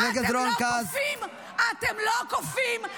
את לא מתביישת להאשים סתם?